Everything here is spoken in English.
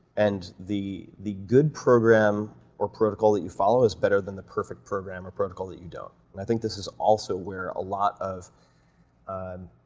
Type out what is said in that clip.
and the the good program or protocol that you follow is better than the perfect program or protocol that you don't, and i think this is also where a lot of and